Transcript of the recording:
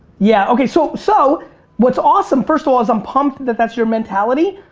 yeah, okay, so so what's awesome, first of all, is i'm pumped that that's your mentality.